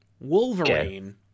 Wolverine